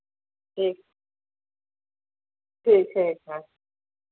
ठीक ठीक है एक बार